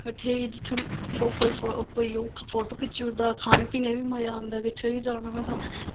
कट्ठे होइयै जित्थें कोई कोई ओह् फोटो खिच्ची ओड़दा खाने पीने गी बी मज़ा आंदा किट्ठे होइयै जाना होऐ तां